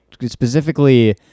specifically